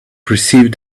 perceived